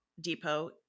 Depot